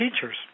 teachers